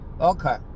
Okay